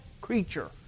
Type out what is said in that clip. creature